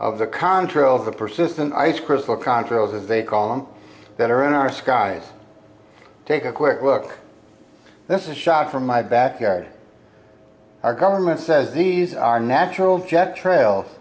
of the contrails the persistent ice crystal contrails as they call them that are in our skies take a quick look this is shot from my backyard our government says these are natural jet trail